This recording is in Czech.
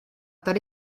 tady